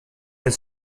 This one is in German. ist